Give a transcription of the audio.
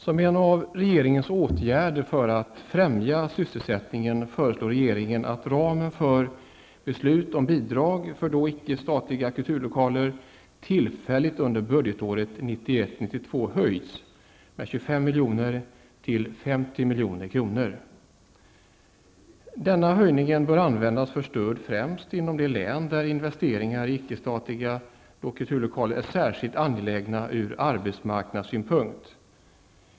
Som en av åtgärderna för att främja sysselsättningen föreslår regeringen att ramen för beslut om bidrag för icke-statliga kulturlokaler under budgetåret 1991/92 tillfälligt höjs med 25 milj.kr. till 50 milj.kr. Denna höjning bör användas för stöd främst inom de län där investeringar i ickestatliga kulturlokaler är särskilt angelägna från arbetsmarknadssynpunkt.